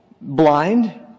blind